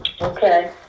Okay